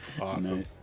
Awesome